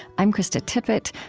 i'm krista tippett.